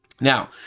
Now